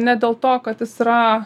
ne dėl to kad jis yra